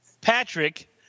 Patrick